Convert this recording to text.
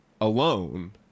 alone